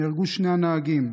נהרגו שני הנהגים,